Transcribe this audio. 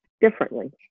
differently